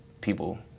people